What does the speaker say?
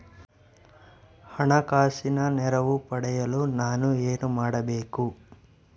ಹಣಕಾಸಿನ ನೆರವು ಪಡೆಯಲು ನಾನು ಏನು ಮಾಡಬೇಕು?